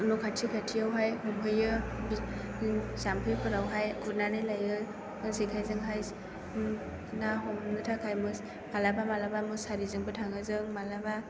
न' खाथि खाथियावहाय हमहैयो जाम्फैफोरावहाय गुरनानै लायो आरो जेखायजोंहाय ना हमनो थाखाय माब्लाबा माब्लाबा मुसारिजोंबो थाङो जों माब्लाबा